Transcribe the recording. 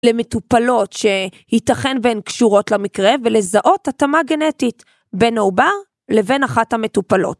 למטופלות שיתכן והן קשורות למקרה, ולזהות התאמה גנטית בין העובר לבין אחת המטופלות.